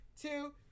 two